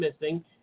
missing